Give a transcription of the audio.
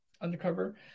Undercover